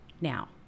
Now